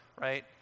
right